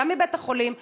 גם מבית-החולים?